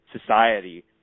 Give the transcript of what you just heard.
society